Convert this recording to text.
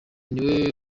niwe